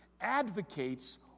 advocates